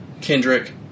Kendrick